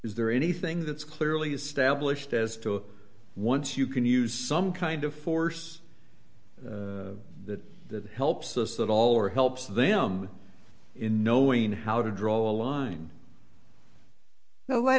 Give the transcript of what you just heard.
is there anything that's clearly established as to once you can use some kind of force that that helps us that all or helps them in knowing how to draw a line no